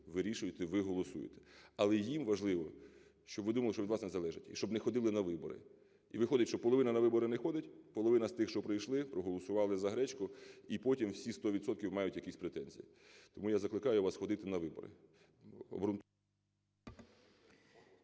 вирішуєте, ви голосуєте. Але їм важливо, щоб ви думали, що від вас не залежить і щоб не ходили на вибори. І виходить, що половина на вибори не ходить, половина з тих, що прийшли, проголосували за гречку, і потім всі 100 відсотків мають якісь претензії. Тому я закликаю вас ходити на вибори…